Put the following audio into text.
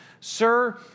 Sir